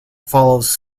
follows